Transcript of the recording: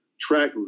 track